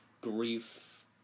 grief